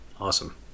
Awesome